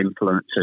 influence